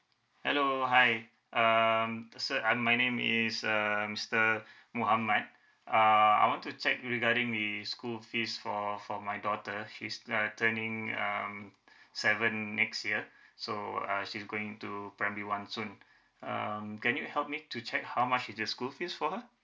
hello hi um sir um my name is uh mister mohammad err I want to check regarding the school fees for for my daughter she's uh turning um seven next year so uh she's going to primary one soon um can you help me to check how much is the school fees for her